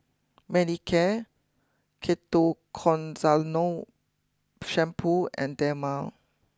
Manicare Shampoo and Dermale